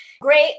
great